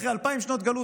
אחרי אלפיים שנות גלות,